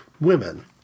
women